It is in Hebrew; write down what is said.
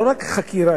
לא רק חקירה,